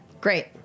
Great